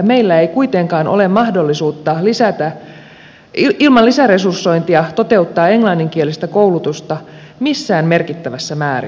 meillä ei kuitenkaan ole mahdollisuutta ilman lisäresursointia toteuttaa englanninkielistä koulutusta missään merkittävässä määrin